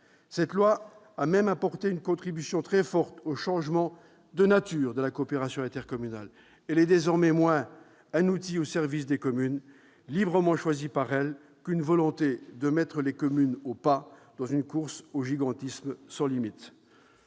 Cette loi a même contribué à changer très fortement la nature de la coopération intercommunale. Elle est désormais vue moins comme un outil au service des communes, librement choisi par elles, que comme une volonté de mettre ces communes au pas dans une course au gigantisme sans limites.